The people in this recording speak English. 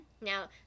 Now